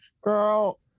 Girl